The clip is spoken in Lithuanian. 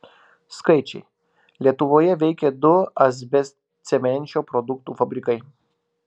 skaičiai lietuvoje veikė du asbestcemenčio produktų fabrikai